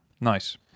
nice